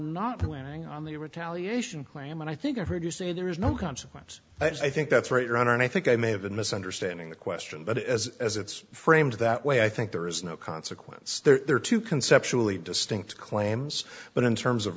planning on the retaliation claim and i think i heard you say there is no consequence i think that's right around and i think i may have been misunderstanding the question but as as it's framed that way i think there is no consequence there are two conceptually distinct claims but in terms of